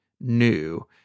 new